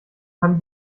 kann